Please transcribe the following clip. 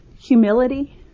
Humility